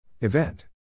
Event